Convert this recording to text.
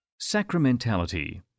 Sacramentality